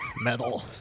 Metal